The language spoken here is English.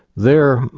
there,